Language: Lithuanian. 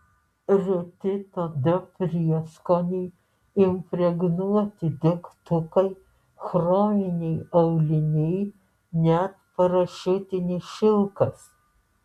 reti tada prieskoniai impregnuoti degtukai chrominiai auliniai net parašiutinis šilkas